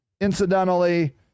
incidentally